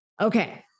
Okay